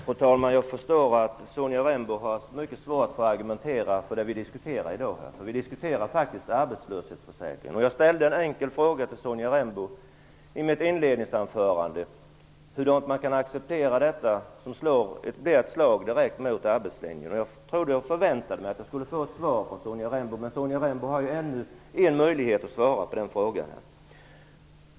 Fru talman! Jag förstår att Sonja Rembo har mycket svårt att argumentera i den fråga som vi i dag diskuterar. Vi diskuterar faktiskt arbetslöshetsförsäkringen. Jag ställde en enkel fråga till Sonja Rembo i mitt inledningsanförande. Jag frågade hur man kan acceptera det här förslaget som brett slår direkt mot arbetslinjen. Jag förväntade mig att jag skulle få ett svar, men Sonja Rembo har fortfarande en möjlighet att svara på frågan.